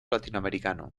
latinoamericano